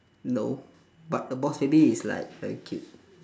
no but the boss baby is like very cute